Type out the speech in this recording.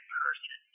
person